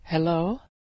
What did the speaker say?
Hello